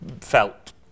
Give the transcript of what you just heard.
felt